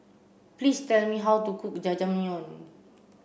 please tell me how to cook Jajangmyeon